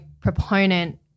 proponent